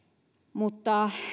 mutta